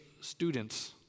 students